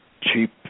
cheap